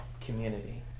community